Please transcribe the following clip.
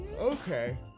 okay